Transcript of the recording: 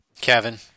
Kevin